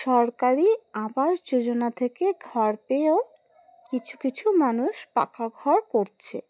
সরকারি আবাস যোজনা থেকে ঘর পেয়েও কিছু কিছু মানুষ পাকা ঘর করছে